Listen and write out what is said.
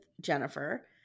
Jennifer